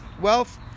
wealth